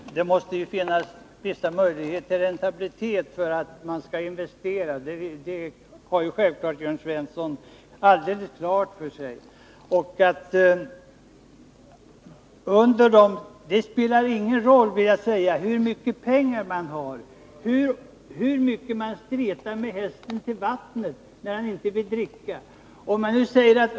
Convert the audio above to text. Herr talman! Det måste ju finnas en viss räntabilitet för att man skall investera. Det har självfallet Jörn Svensson alldeles klart för sig. Det spelar ingen roll hur mycket pengar man har. Det är som att streta med hästen till vattnet när han inte vill dricka.